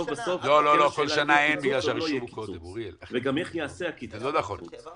בסוף בסוף השאלה אם יהיה קיצוץ או לא יהיה קיצוץ.